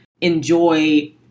enjoy